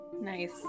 Nice